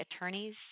attorneys